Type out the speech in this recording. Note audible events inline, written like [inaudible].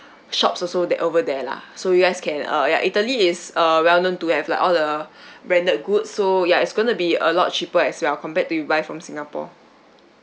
shops also the~ over there lah so you guys can uh ya italy is a well known to have like all the [breath] branded good so ya it's going to be a lot cheaper as well compared to you buy from singapore